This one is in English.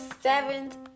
seventh